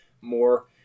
more